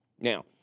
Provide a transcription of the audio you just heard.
Now